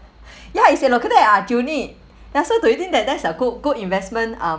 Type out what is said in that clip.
ya it's located at aljunied ya so do you think that that's a good good investment um